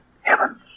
heavens